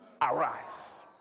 arise